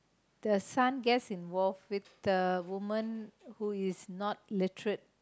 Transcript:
the son gets involved with the woman who is not literate